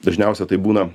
dažniausia tai būna